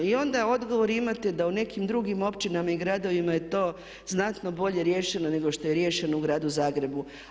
I onda odgovor imate da u nekim drugim općinama i gradovima je to znatno bolje riješeno nego što je riješeno u gradu Zagrebu.